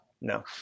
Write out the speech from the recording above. No